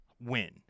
win